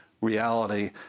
reality